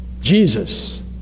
Jesus